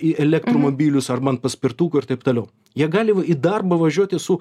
į elektromobilius arba an paspirtukų ir taip toliau jie gali v į darbą važiuoti su